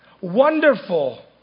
Wonderful